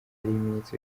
ibimenyetso